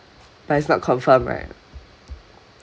but is not confirm right